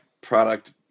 product